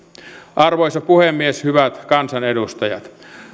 arvoisa puhemies hyvät kansanedustajat